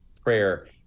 prayer